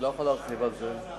אני לא יכול להרחיב על זה.